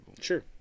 Sure